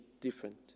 different